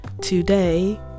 today